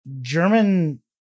German